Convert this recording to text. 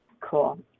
Cool